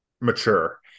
mature